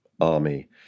army